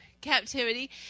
Captivity